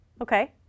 Okay